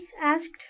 asked